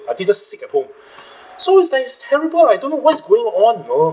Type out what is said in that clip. are they just sick at home so that's terrible I don't know what is going on you know